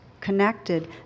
connected